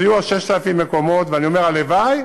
אז יהיו 6,000 מקומות, ואני אומר, הלוואי